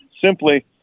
simply